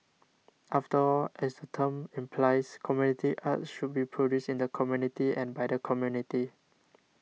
after all as the term implies community arts should be produced in the community and by the community